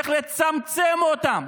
צריך לצמצם אותם.